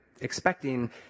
expecting